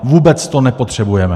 Vůbec to nepotřebujeme.